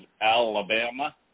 Alabama